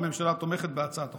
הממשלה תומכת בהצעת החוק,